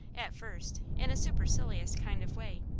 at first, in a supercilious kind of way.